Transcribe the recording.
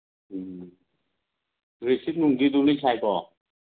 ꯎꯝ receipt ꯅꯨꯡꯗꯤ ꯂꯣꯏ ꯁꯥꯏꯀꯣ